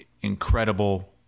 incredible